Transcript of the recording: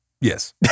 Yes